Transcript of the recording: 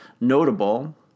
notable